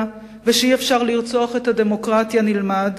ושאי-אפשר לרצוח את הדמוקרטיה נלמד,